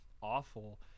awful